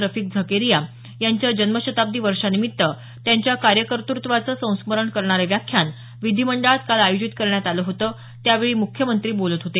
रफीक झकेरिया यांच्या जन्मशताब्दी वर्षानिमित्त त्यांच्या कार्यकर्तुत्वाचं संस्मरण करणारं व्याख्यान विधीमंडळात काल आयोजित करण्यात आलं होतं त्यावेळी मुख्यमंत्री बोलत होते